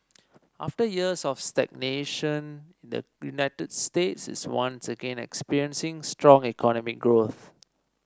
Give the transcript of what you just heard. after years of stagnation the United States is once again experiencing strong economic growth